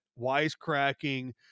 wisecracking